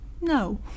no